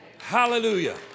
hallelujah